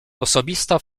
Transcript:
osobista